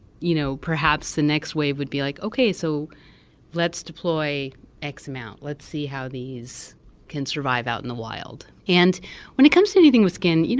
you know perhaps the next wave would be like, okay. so let's deploy x amount. let's see how these can survive out in the wild. and when it comes to anything with skin, you know